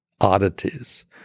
oddities